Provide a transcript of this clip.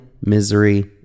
misery